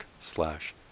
slash